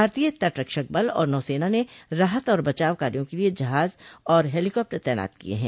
भारतीय तटरक्षक बल और नौसेना ने राहत और बचाव कार्यों के लिए जहाज और हेलिकॉप्टर तैनात किए हैं